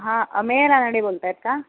हां अमेय रानडे बोलत आहेत का